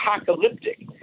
apocalyptic